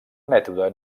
mètode